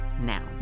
now